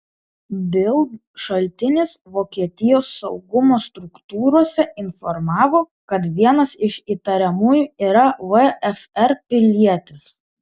bild šaltinis vokietijos saugumo struktūrose informavo kad vienas iš įtariamųjų yra vfr pilietis